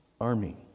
army